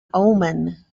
omen